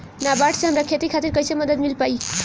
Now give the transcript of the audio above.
नाबार्ड से हमरा खेती खातिर कैसे मदद मिल पायी?